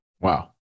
Wow